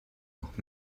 noch